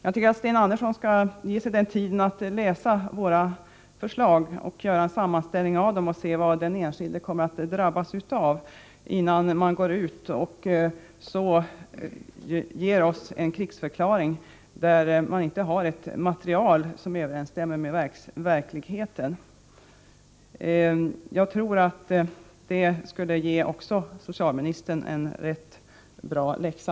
Jag tycker att Sten Andersson skall ge sig tid att läsa våra förslag och göra en sammanställning av dem för att se hur den enskilde kommer att drabbas av förslagen i stället för att rikta en krigsförklaring mot oss utan att kunna bygga på ett material som har någon grund i verkligheten. Jag tror att detta skulle ge socialministern en ganska bra läxa.